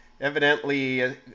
evidently